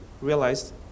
realized